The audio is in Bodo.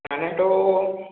जानायाथ'